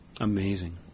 Amazing